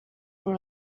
for